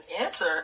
answer